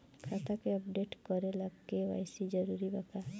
खाता के अपडेट करे ला के.वाइ.सी जरूरी बा का?